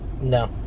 No